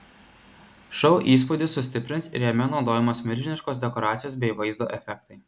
šou įspūdį sustiprins ir jame naudojamos milžiniškos dekoracijos bei vaizdo efektai